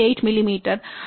8 மிமீ டானே 0